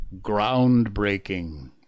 groundbreaking